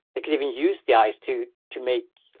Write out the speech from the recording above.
they could even use the eyes to to make,